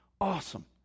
Awesome